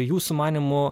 jūsų manymu